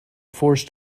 forced